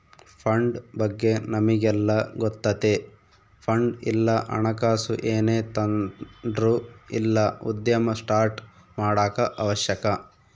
fund ಬಗ್ಗೆ ನಮಿಗೆಲ್ಲ ಗೊತ್ತತೆ ಫಂಡ್ ಇಲ್ಲ ಹಣಕಾಸು ಏನೇ ತಾಂಡ್ರು ಇಲ್ಲ ಉದ್ಯಮ ಸ್ಟಾರ್ಟ್ ಮಾಡಾಕ ಅವಶ್ಯಕ